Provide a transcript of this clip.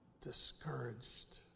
discouraged